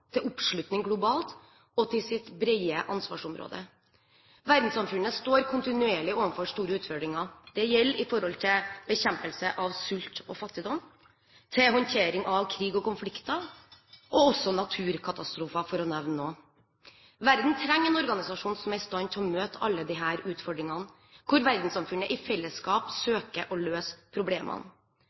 oppslutning globalt og sitt brede ansvarsområde. Verdenssamfunnet står kontinuerlig overfor store utfordringer. Det gjelder bekjempelse av sult og fattigdom, håndtering av krig og konflikter og også naturkatastrofer, for å nevne noe. Verden trenger en organisasjon som er i stand til å møte alle disse utfordringene, hvor verdenssamfunnet i fellesskap søker å løse problemene.